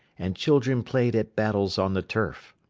and children played at battles on the turf.